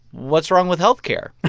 what's wrong with health care?